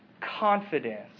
confidence